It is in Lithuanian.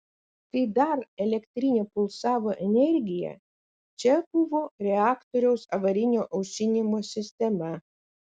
kai dar elektrinė pulsavo energija čia buvo reaktoriaus avarinio aušinimo sistema